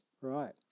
right